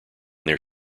their